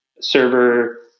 server